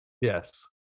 Yes